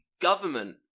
government